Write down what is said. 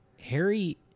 Harry